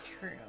true